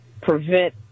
prevent